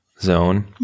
zone